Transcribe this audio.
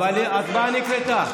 אבל, אבל ההצבעה נקלטה.